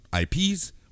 IPs